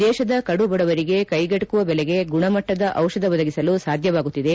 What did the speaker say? ದೇಶದ ಕಡುಬಡವರಿಗೆ ಕೈಗೆಟುಕುವ ಬೆಲೆಗೆ ಗುಣಮಟ್ಟದ ದಿಷಧ ಒದಗಿಸಲು ಸಾಧ್ಯವಾಗುತ್ತಿದೆ